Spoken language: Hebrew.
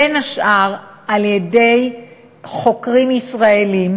בין השאר על-ידי חוקרים ישראלים,